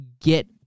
get